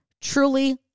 truly